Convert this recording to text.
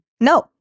No